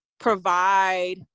provide